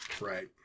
Right